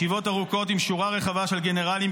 ישיבות ארוכות עם שורה רחבה של גנרלים,